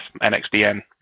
NXDN